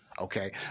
okay